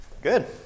Good